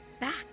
back